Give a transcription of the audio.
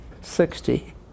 Sixty